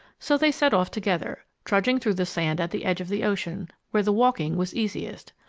so they set off together, trudging through the sand at the edge of the ocean, where the walking was easiest.